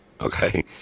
okay